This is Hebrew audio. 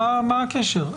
מה הקשר?